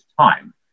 time